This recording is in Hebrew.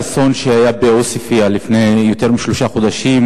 בעקבות האסון שהיה בעוספיא לפני יותר משלושה חודשים,